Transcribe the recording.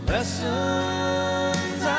Lessons